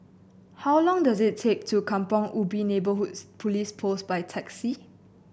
how long does it take to Kampong Ubi Neighbourhood Police Post by taxi